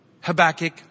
Habakkuk